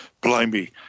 Blimey